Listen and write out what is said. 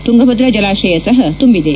ತುಂಗಭದ್ರಾ ಜಲಾಶಯ ಸಪ ತುಂಬಿದೆ